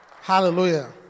Hallelujah